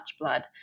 blood